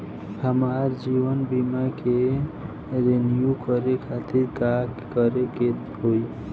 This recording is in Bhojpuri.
हमार जीवन बीमा के रिन्यू करे खातिर का करे के होई?